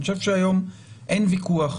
אני חושב שהיום אין ויכוח